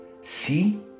See